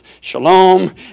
Shalom